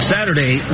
Saturday